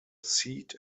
seat